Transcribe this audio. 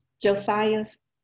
Josiah's